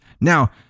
now